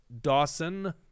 Dawson